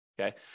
Okay